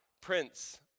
Prince